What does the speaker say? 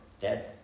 dead